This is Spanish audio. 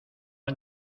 han